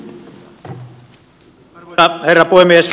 arvoisa herra puhemies